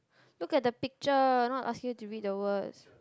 look at the picture not asking you to read the words